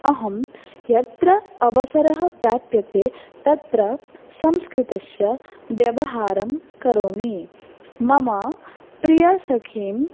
अहं यत्र अवसरः प्राप्यते तत्र संस्कृतस्य व्यवहारं करोमि मम प्रियसखीं